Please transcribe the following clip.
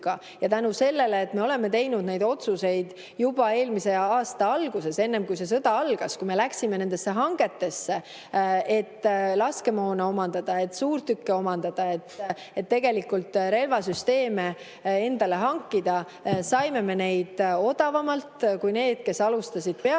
Tänu sellele, et me tegime need otsused juba eelmise aasta alguses enne kui sõda algas, kui me läksime nendesse hangetesse, et laskemoona omandada, et suurtükke omandada, et relvasüsteeme hankida, saime me neid odavamalt kui need, kes alustasid peale